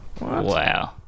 Wow